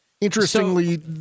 Interestingly